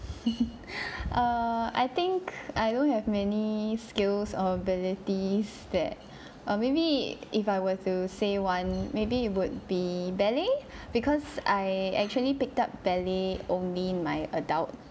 err I think I don't have many skills or abilities that err maybe if I were to say one maybe it would be ballet because I actually picked up ballet only in my adult